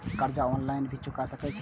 कर्जा ऑनलाइन भी चुका सके छी?